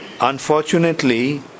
unfortunately